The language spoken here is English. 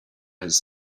his